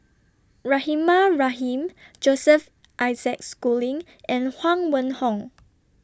Rahimah Rahim Joseph Isaac Schooling and Huang Wenhong